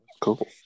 Cool